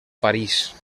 parís